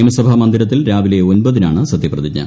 നിയമസഭാ മന്ദിരത്തിൽ രാവിലെ ഒൻപതിനാണ് സത്യപ്രതിജ്ഞ